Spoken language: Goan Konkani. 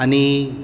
आनी